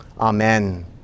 Amen